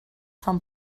fan